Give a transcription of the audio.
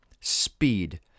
speed